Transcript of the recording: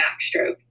backstroke